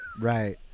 Right